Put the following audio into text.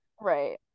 Right